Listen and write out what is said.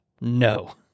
No